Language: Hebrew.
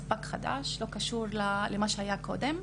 ספק חדש ולא קשור למה שהיה קודם.